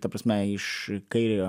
ta prasme iš kairio